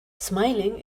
smiling